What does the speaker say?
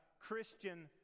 Christian